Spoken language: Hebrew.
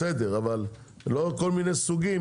אבל לא כל מיני סוגים,